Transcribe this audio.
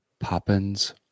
Poppins